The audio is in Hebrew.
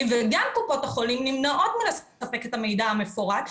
וגם קופות החולים נמנעות מלהספק את המידע המפורט,